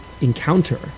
encounter